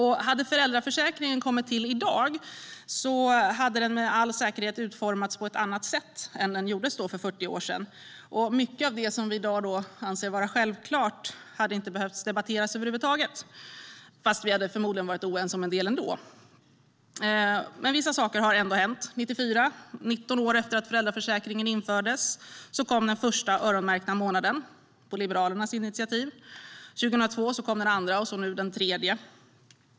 Hade föräldraförsäkringen kommit till i dag hade den med all säkerhet utformats på ett annat sätt än för fyrtio år sedan. Mycket av det som vi i dag anser vara självklart hade inte behövt debatteras över huvud taget, men vi hade förmodligen varit oense om en del ändå. Vissa saker har ändå hänt. År 1994, 19 år efter det att föräldraförsäkringen infördes, kom den första öronmärkta månaden, på liberalt initiativ. År 2002 kom den andra, och nu kommer den tredje.